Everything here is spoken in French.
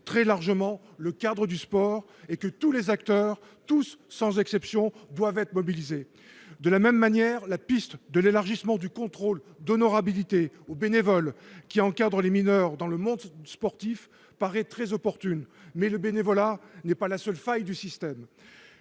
très largement le cadre du sport et que tous les acteurs sans exception doivent être mobilisés. De la même manière, la piste de l'élargissement du contrôle d'honorabilité aux bénévoles qui encadrent les mineurs dans le monde sportif paraît particulièrement opportune. Toutefois, le bénévolat n'est pas la seule faille du système.